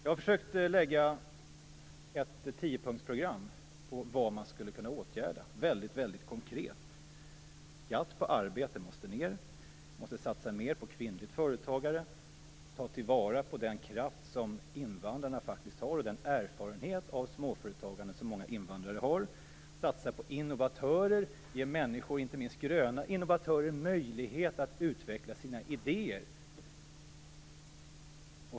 Jag har försökt lägga fram ett tiopunktsprogram på vad som väldigt konkret skulle kunna åtgärdas: Skatten på arbete måste sänkas. Vi måste satsa mer på kvinnligt företagande. Vi måste ta till vara den kraft och den erfarenhet av småföretagande som många invandrare har. Vi måste satsa på innovatörer och ge inte minst gröna innovatörer möjligheter att utveckla sina idéer.